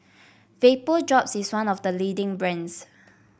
Vapodrops is one of the leading brands